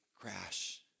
crash